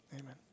Amen